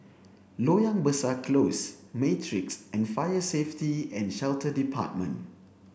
Loyang Besar Close Matrix and Fire Safety and Shelter Department